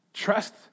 Trust